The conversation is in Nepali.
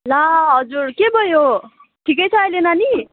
ला हजुर के भयो ठिकै छ अहिले नानी